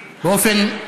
32,